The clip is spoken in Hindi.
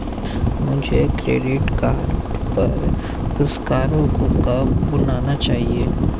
मुझे क्रेडिट कार्ड पर पुरस्कारों को कब भुनाना चाहिए?